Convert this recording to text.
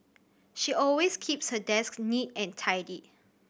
she always keeps her desk neat and tidy